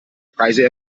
preise